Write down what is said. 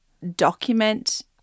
document